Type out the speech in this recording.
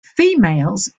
females